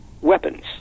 weapons